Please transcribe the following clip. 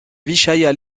vyschaïa